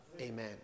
Amen